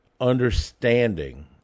understanding